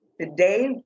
Today